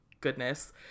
goodness